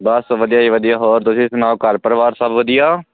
ਬਸ ਵਧੀਆ ਜੀ ਵਧੀਆ ਹੋਰ ਤੁਸੀਂ ਸੁਣਾਓ ਘਰ ਪਰਿਵਾਰ ਸਭ ਵਧੀਆ